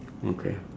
okay